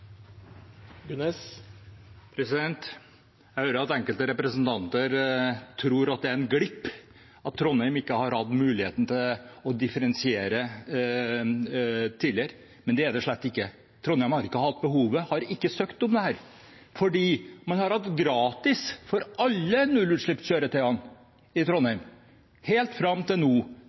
Det kan eg bekrefte. Replikkordskiftet er omme. Jeg hører at enkelte representanter tror at det er en glipp at Trondheim ikke har hatt muligheten til å differensiere tidligere, men det er det slett ikke. Trondheim har ikke hatt behovet. De har ikke søkt om dette fordi det har vært gratis for alle nullutslippskjøretøy i Trondheim, helt fram til